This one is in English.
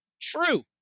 true